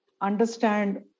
understand